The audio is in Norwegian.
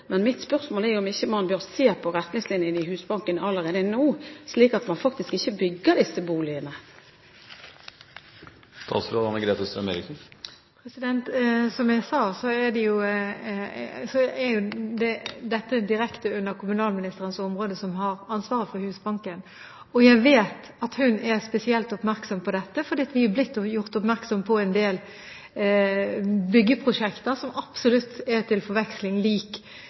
men mitt spørsmål er om ikke man bør se på retningslinjene i Husbanken allerede nå, slik at man faktisk ikke bygger disse boligene. Som jeg sa, er dette direkte under kommunalministerens område, som har ansvaret for Husbanken. Jeg vet at hun er spesielt oppmerksom på dette, fordi vi er blitt gjort oppmerksom på en del byggeprosjekter som absolutt er til forveksling lik